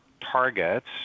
targets